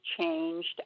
changed